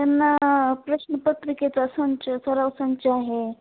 त्यांना प्रश्नपत्रिकेचा संच सराव संच आहे